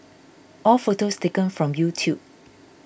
all photos taken from YouTube